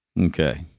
Okay